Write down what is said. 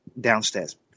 downstairs